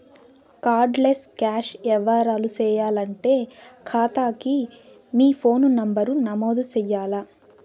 card less cash యవ్వారాలు సేయాలంటే కాతాకి మీ ఫోను నంబరు నమోదు చెయ్యాల్ల